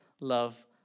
love